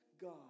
God